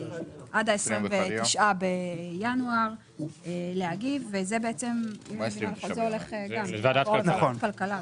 עד ה-29 בינואר להגיב, וזה הולך לוועדת הכלכלה.